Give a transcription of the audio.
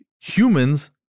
humans